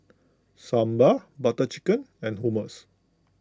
Sambar Butter Chicken and Hummus